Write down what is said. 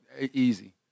Easy